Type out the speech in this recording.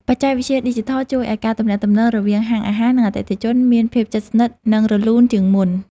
បច្ចេកវិទ្យាឌីជីថលជួយឱ្យការទំនាក់ទំនងរវាងហាងអាហារ និងអតិថិជនមានភាពជិតស្និទ្ធនិងរលូនជាងមុន។